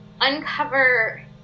uncover